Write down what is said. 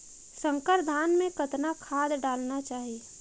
संकर धान मे कतना खाद डालना चाही?